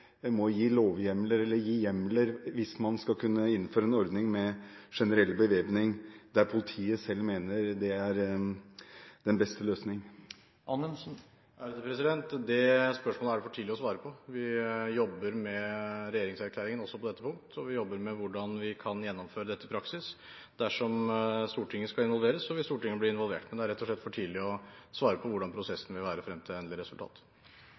må gi hjemler hvis man skal kunne innføre en ordning med generell bevæpning der politiet selv mener det er den beste løsningen? Det spørsmålet er det for tidlig å svare på. Vi jobber med regjeringserklæringen også på dette punkt, og vi jobber med hvordan vi kan gjennomføre dette i praksis. Dersom Stortinget skal involveres, vil Stortinget bli involvert, men det er rett og slett for tidlig å svare på hvordan prosessen vil være frem til endelig resultat.